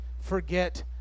forget